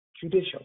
judicial